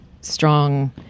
strong